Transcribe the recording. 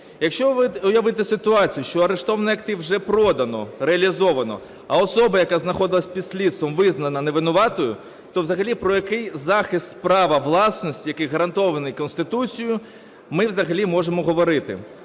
Якщо би уявити ситуацію, що арештований актив вже продано, реалізовано, а особа, яка знаходилась під слідством, визнана невинуватою, то взагалі про який захист права власності, який гарантований Конституцією, ми взагалі можемо говорити?